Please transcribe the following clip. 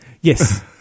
Yes